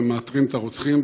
והם מאתרים את הרוצחים.